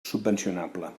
subvencionable